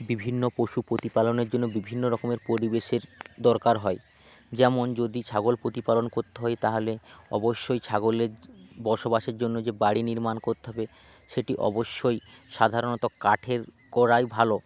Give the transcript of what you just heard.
বিভিন্ন পশু প্রতিপালনের জন্য বিভিন্ন রকমের পরিবেশের দরকার হয় যেমন যদি ছাগল প্রতিপালন করতে হয় তাহলে অবশ্যই ছাগলের বসবাসের জন্য যে বাড়ি নির্মাণ করতে হবে সেটি অবশ্যই সাধারণত কাঠের করাই ভালো